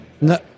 No